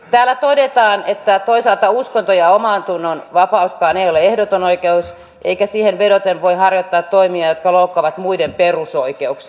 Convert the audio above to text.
täällä todetaan että toisaalta uskonnon ja omantunnon vapauskaan ei ole ehdoton oikeus eikä siihen vedoten voi harjoittaa toimia jotka loukkaavat muiden perusoikeuksia